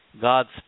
God's